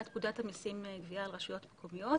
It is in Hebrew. את פקודת המיסים (גבייה) על רשויות מקומיות,